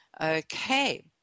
Okay